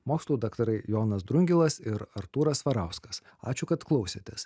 mokslų daktarai jonas drungilas ir artūras svarauskas ačiū kad klausėtės